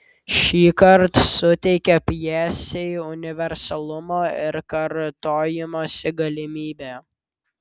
šįkart suteikia pjesei universalumo ir kartojimosi galimybę